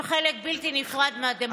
הם חלק בלתי נפרד מהדמוקרטיה,